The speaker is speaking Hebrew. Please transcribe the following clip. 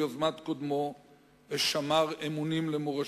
ליוזמת קודמו ושמר אמונים למורשתו.